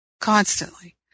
constantly